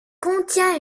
contient